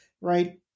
right